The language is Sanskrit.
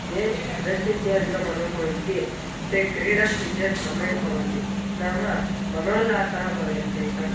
ये स्ट्रेस् इत्यादिकम् अनुभवन्ति ते क्रीडन्ति चेत् सम्यक् भवन्ति नाम मनोल्लासः भवेत् तेषाम्